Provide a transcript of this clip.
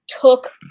took